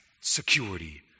security